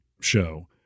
show